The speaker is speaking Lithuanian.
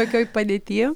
tokioj padėty